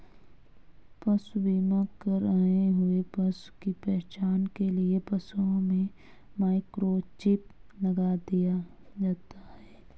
पशु बीमा कर आए हुए पशु की पहचान के लिए पशुओं में माइक्रोचिप लगा दिया जाता है